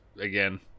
again